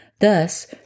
Thus